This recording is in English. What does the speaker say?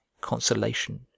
consolation